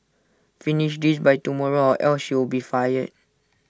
finish this by tomorrow or else you'll be fired